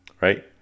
Right